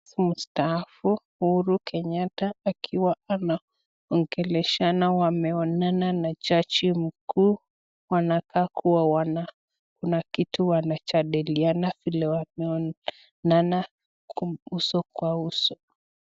Raisi mstaafu Uhuru Kenyatta akiwa anaongeleshana wameonana na jaji mkuu wanakaa kua wanakitu wanajadiliana vile wameonana uso kwa uso.